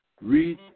read